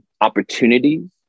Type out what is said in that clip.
opportunities